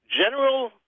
General